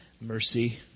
Mercy